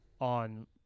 on